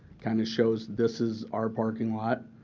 kind of shows this is our parking lot.